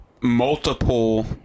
multiple